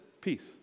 Peace